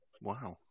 Wow